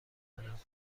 آدم